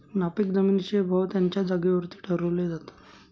नापीक जमिनींचे भाव त्यांच्या जागेवरती ठरवले जातात